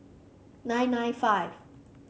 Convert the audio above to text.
nine nine five